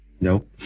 Nope